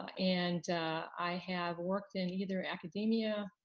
and i have worked in either academia,